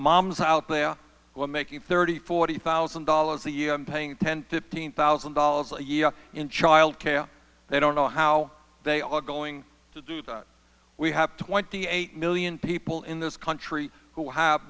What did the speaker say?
moms out there who are making thirty forty thousand dollars a year paying ten fifteen thousand dollars a year in child care they don't know how they are going to do we have twenty eight million people in this country who have